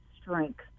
strength